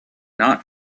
not